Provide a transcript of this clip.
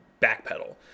backpedal